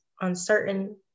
uncertain